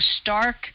stark